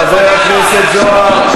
חבר הכנסת זוהר,